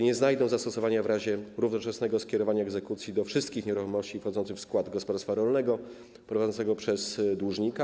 Nie znajdą one zastosowania w razie równoczesnego skierowania egzekucji do wszystkich nieruchomości wchodzących w skład gospodarstwa rolnego prowadzonego przez dłużnika.